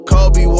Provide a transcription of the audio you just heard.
Kobe